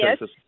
yes